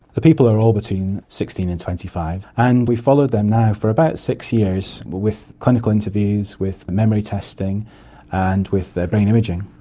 the people are all between sixteen and twenty five and we've followed them now for about six years with clinical interviews, with memory testing and with brain imaging.